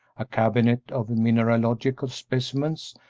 a cabinet of mineralogical specimens,